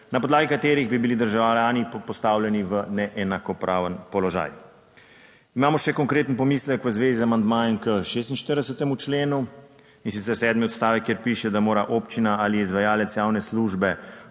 na podlagi katerih bi bili državljani postavljeni v neenakopraven položaj. Imamo še konkreten pomislek v zvezi z amandmajem k 46. členu, in sicer sedmi odstavek, kjer piše, da mora občina ali izvajalec javne službe